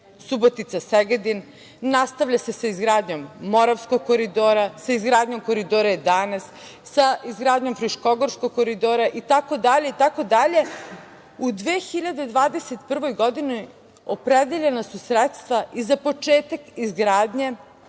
Subotica-Segedin, nastavlja se sa izgradnjom Moravskog koridora, sa izgradnjom Koridora 11, sa izgradnjom Fruškogorskog koridora, i tako dalje.U 2021. godini opredeljena su sredstva i za početak izgradnje